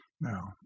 Now